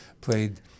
played